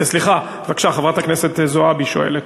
סליחה, בבקשה, חברת הכנסת זועבי שואלת.